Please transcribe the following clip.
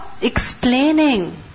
Explaining